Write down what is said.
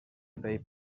pell